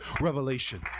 revelation